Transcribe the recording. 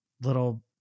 little